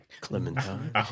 Clementine